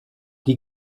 die